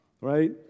right